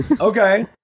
Okay